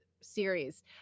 series